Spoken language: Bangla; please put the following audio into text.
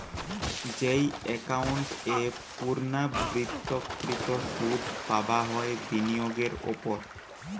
যেই একাউন্ট এ পূর্ণ্যাবৃত্তকৃত সুধ পাবা হয় বিনিয়োগের ওপর